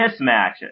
mismatches